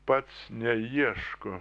pats neieško